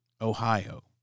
Ohio